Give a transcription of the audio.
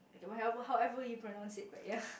what the hell how~ however you pronounce it but ya